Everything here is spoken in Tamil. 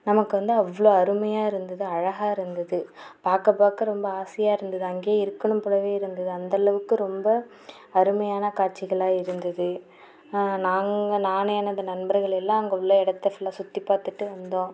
நமக்கு வந்து அவ்வளோ அருமையாக இருந்தது அழகாக இருந்தது பார்க்க பார்க்க ரொம்ப ஆசையாக இருந்தது அங்கேயே இருக்கணும் போலவே இருந்தது அந்த அளவுக்கு ரொம்ப அருமையான காட்சிகளாக இருந்தது நாங்கள் நான் எனது நண்பரகள் எல்லாம் அங்கே உள்ள இடத்தை எல்லாம் சுற்றி பார்த்துட்டு வந்தோம்